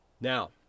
Now